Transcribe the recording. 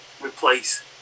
replace